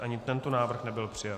Ani tento návrh nebyl přijat.